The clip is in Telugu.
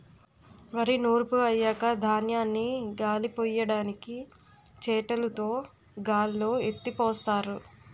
వరి నూర్పు అయ్యాక ధాన్యాన్ని గాలిపొయ్యడానికి చేటలుతో గాల్లో ఎత్తిపోస్తారు